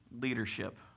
leadership